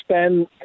spend